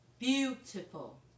beautiful